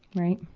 right.